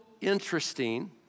interesting